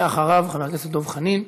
ואחריו, חבר הכנסת דב חנין.